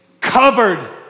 covered